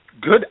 good